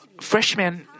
freshman